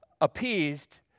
appeased